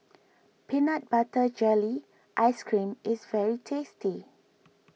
Peanut Butter Jelly Ice Cream is very tasty